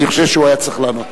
אני חושב שהוא היה צריך לענות.